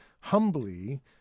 humbly